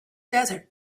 desert